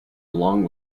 along